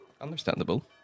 Understandable